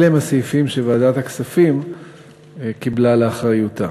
אלה הסעיפים שוועדת הכספים קיבלה לאחריותה.